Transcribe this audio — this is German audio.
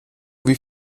wie